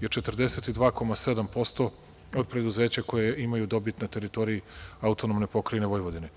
je 42,7% od preduzeća koja imaju dobit na teritoriji AP Vojvodine.